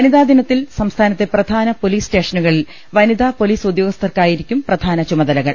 വനിതാ ദിനത്തിൽ സംസ്ഥാനത്തെ പ്രധാന പൊലീസ് സ്റ്റേഷനു കളിൽ വനിതാ പൊലീസ് ഉദ്യോഗസ്ഥർക്കായിരിക്കും പ്രധാന ചുമ തലകൾ